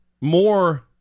more